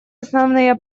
основные